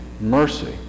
mercy